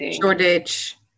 shortage